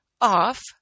off